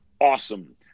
awesome